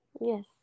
Yes